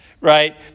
right